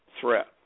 threat